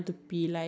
what